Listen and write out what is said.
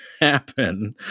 happen